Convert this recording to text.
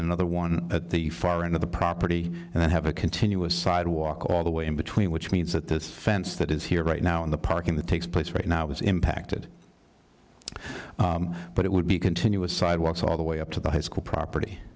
another one at the far end of the property and then have a continuous sidewalk all the way in between which means that this fence that is here right now in the parking that takes place right now is impacted but it would be continuous sidewalks all the way up to the high school property